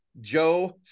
joe